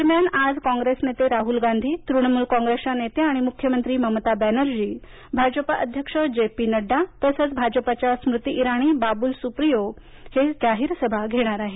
दरम्यान आज कॉंग्रेस नेते राहुल गांधी तृणमूल कॉंग्रेसच्या नेत्या आणि मुख्यमंत्री ममता बनर्जी भाजपा अध्यक्ष जे पी नडडा तसंच भाजपच्या स्मृती इराणी बाबुल सुप्रियो जाहीर सभा घेण्यार आहेत